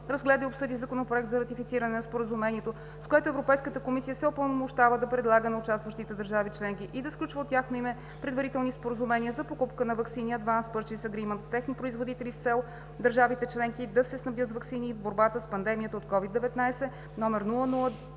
разгледа и обсъди Законопроект за ратифициране на Споразумението, с което Европейската комисия се упълномощава да предлага на участващите държави членки и да сключва от тяхно име предварителни споразумения за покупка на ваксини (Advance Purchase Agreement) с техни производители с цел държавите членки да се снабдят с ваксини в борбата с пандемията от COVID-19, №